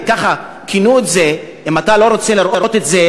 אדם, ובסוף אם מדינת ישראל רוצה רק לראות את עצמה